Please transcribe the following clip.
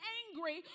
angry